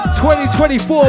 2024